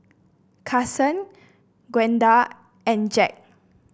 Kasen Gwenda and Jacque